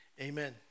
amen